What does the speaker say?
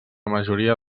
majoria